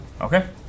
Okay